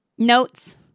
Notes